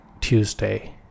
Tuesday